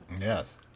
Yes